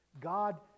God